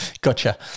Gotcha